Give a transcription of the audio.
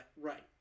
right